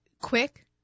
quick